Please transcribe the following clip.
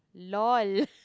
lol